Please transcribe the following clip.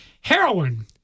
Heroin